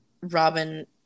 robin